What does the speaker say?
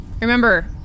Remember